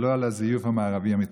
ולא על הזיוף המערבי המתחסד.